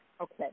Okay